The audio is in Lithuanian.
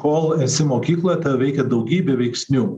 kol esi mokykloje tave veikia daugybė veiksnių